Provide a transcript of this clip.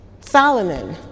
Solomon